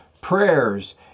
prayers